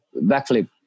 backflip